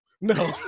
no